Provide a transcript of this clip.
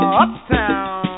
uptown